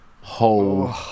whole